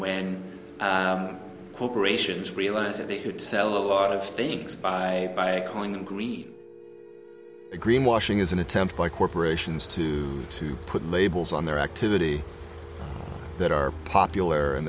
when corporations realized that they could sell a lot of things by calling them green green washing is an attempt by corporations to put labels on their activity that are popular and